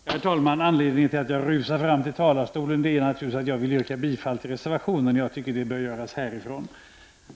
Herr talman! Anledningen till att jag rusar fram till talarstolen är naturligtvis att jag vill yrka bifall till reservationen. Jag tycker att det bör göras härifrån.